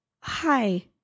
Hi